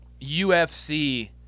UFC